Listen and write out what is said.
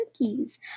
cookies